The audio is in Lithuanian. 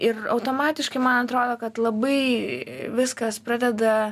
ir automatiškai man atrodo kad labai viskas pradeda